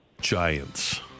Giants